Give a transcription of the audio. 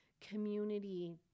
community